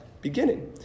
beginning